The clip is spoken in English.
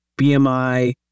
BMI